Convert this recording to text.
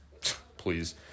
Please